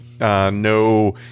No